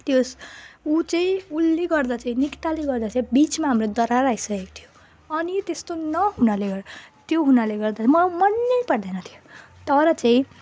त्यस ऊ चाहिँ उसले गर्दा चाहिँ निकिताले गर्दा चाहिँ बिचमा हाम्रो दरार आइसकेको थियो अनि त्यस्तो नहुनाले गर्दा त्यो हुनाले गर्दा मलाई मन नै पर्दैन थियो तर चाहिँ